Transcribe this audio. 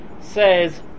says